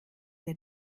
der